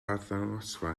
arddangosfa